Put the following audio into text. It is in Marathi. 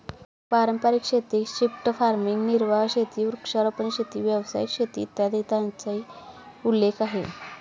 पारंपारिक शेती, शिफ्ट फार्मिंग, निर्वाह शेती, वृक्षारोपण शेती, व्यावसायिक शेती, इत्यादींचाही उल्लेख आहे